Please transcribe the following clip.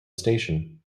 station